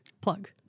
plug